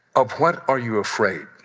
of what are you afraid?